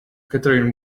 catherine